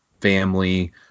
family